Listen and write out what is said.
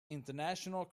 international